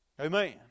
Amen